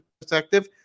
perspective